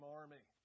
army